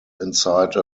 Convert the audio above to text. inside